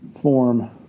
form